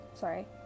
sorry